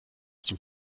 zum